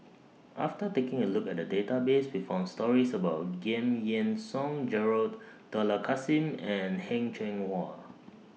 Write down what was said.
after taking A Look At The Database We found stories about Giam Yean Song Gerald Dollah Kassim and Heng Cheng Hwa